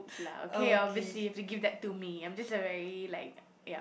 lah okay obviously you've to give that to me I just a very like yup